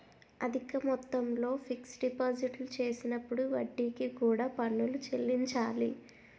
అధిక మొత్తంలో ఫిక్స్ డిపాజిట్లు చేసినప్పుడు వడ్డీకి కూడా పన్నులు చెల్లించాలి